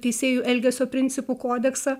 teisėjų elgesio principų kodeksą